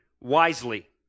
wisely